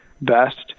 best